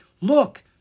Look